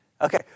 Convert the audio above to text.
Okay